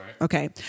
Okay